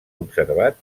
observat